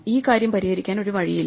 ഈ കാര്യം പരിഹരിക്കാൻ ഒരു വഴിയില്ല